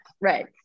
right